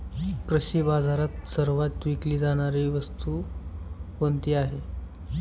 कृषी बाजारात सर्वात विकली जाणारी वस्तू कोणती आहे?